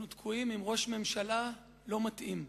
אנחנו תקועים עם ראש ממשלה לא מתאים.